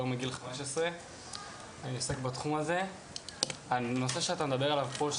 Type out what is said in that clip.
כבר מגיל 15. הנושא שאתה מדבר עליו פה,